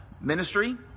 ministry